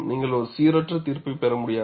நீங்கள் ஒரு சீரற்ற தீர்ப்பை பெற முடியாது